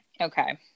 Okay